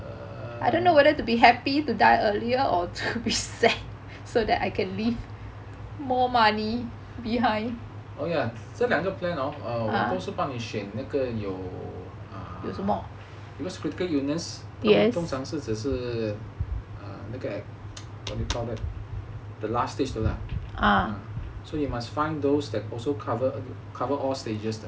err oh ya 这两个 plan hor 我都是帮你选那个有 because critical illness 他们通常是只是那个 what you call that the last stage 的 lah so you must find those that also cover all stages 的